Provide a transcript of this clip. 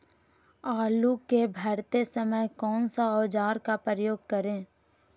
आलू को भरते समय कौन सा औजार का प्रयोग करें?